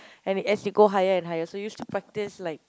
and as you go higher and higher so used to practise like